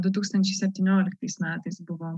du tūkstančiai septynioliktais metais buvo